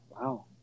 Wow